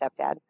stepdad